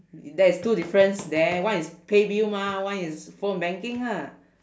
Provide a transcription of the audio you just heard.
there is two difference there one is pay bill mah one is phone banking ah